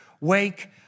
wake